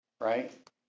right